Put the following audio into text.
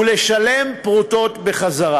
ולשלם פרוטות בחזרה.